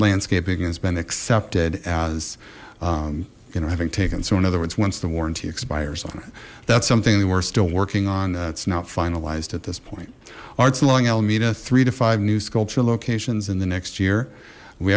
landscaping has been accepted as you know having taken so in other words once the warranty expires on it that's something that we're still working on it's not finalized at this point art's along alameda three to five new sculptural locations in the next year we